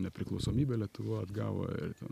nepriklausomybę lietuva atgavo ir ten